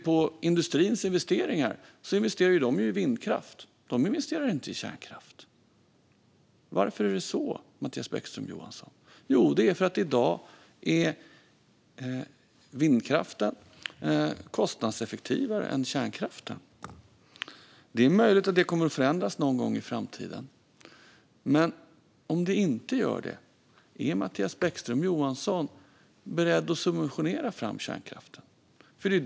Och industrin investerar ju i vindkraft, inte i kärnkraft. Varför är det så, Mattias Bäckström Johansson? Jo, det är för att i dag är vindkraften kostnadseffektivare än kärnkraften. Det är möjligt att det kommer att förändras någon gång i framtiden. Men om det inte gör det, är Mattias Bäckström Johansson då beredd att subventionera fram kärnkraften?